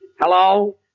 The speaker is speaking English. Hello